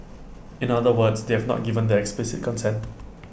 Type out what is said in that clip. in other words they have not given their explicit consent